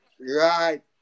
right